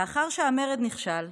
לאחר שהמרד נכשל,